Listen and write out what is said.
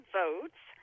votes